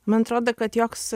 man atrodo kad joks